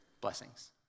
Blessings